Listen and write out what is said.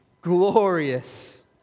glorious